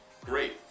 Great